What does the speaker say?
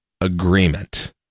agreement